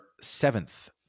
seventh